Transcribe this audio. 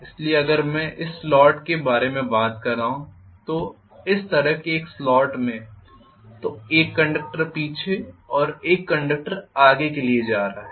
इसलिए अगर मैं इस स्लॉट के बारे में बात करने जा रहा हूं तो इस तरह के एक स्लॉट में तो 1 कंडक्टर पीछे और 1 कंडक्टर आगे के लिए जा रहा है